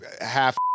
half